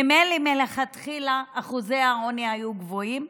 ממילא מלכתחילה אחוזי העוני היו גבוהים,